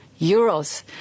euros